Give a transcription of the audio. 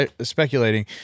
speculating